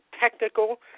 technical